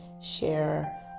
share